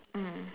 mm